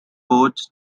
boats